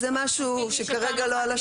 זה משהו שכרגע לא על השולחן.